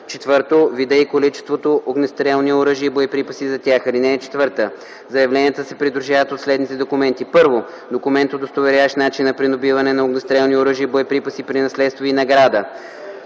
4. видът и количеството огнестрелни оръжия и боеприпаси за тях. (4) Заявленията се придружават от следните документи: 1. документ, удостоверяващ начина на придобиване на огнестрелни оръжия и боеприпаси при наследство и награда;